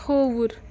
کھووُر